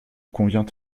convient